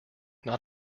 not